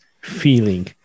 feeling